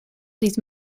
these